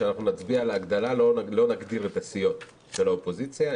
שאנחנו נצביע על ההגדלה ולא נגדיר את הסיעות של האופוזיציה,